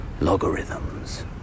Logarithms